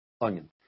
onion